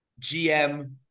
GM